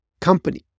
company